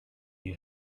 you